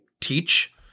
teach